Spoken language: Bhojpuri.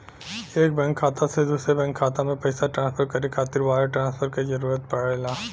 एक बैंक खाता से दूसरे बैंक खाता में पइसा ट्रांसफर करे खातिर वायर ट्रांसफर क जरूरत पड़ेला